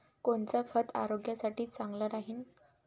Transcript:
कोनचं खत आरोग्यासाठी चांगलं राहीन?